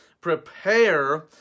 Prepare